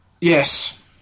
yes